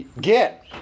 Get